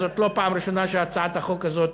זאת לא הפעם הראשונה שהצעת החוק הזאת